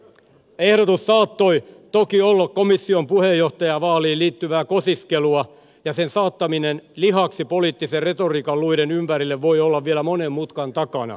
ehdotus saattoi toki olla komission puheenjohtajan vaaliin liittyvää kosiskelua ja sen saattaminen lihaksi poliittisen retoriikan luiden ympärille voi olla vielä monen mutkan takana